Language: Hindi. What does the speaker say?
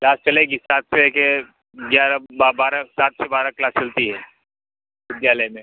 क्लास चलेगी सात से ले कर ग्यारह बारह सात से बारह क्लास चलती है विद्यालय में